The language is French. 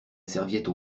serviette